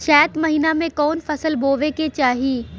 चैत महीना में कवन फशल बोए के चाही?